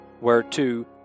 whereto